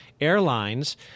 airlines